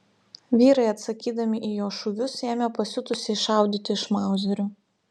vyrai atsakydami į jo šūvius ėmė pasiutusiai šaudyti iš mauzerių